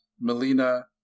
Melina